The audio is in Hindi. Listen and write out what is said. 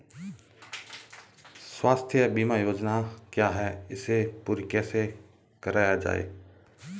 स्वास्थ्य बीमा योजना क्या है इसे पूरी कैसे कराया जाए?